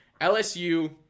LSU